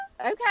Okay